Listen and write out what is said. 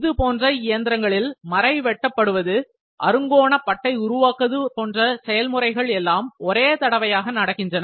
இதுபோன்ற இயந்திரங்களில் மரை வெட்டப்படுவது அறுங்க்கோண பட்டை உருவாக்குவது போன்ற செயல்முறைகள் எல்லாம் ஒரே தடவையாக நடக்கின்றன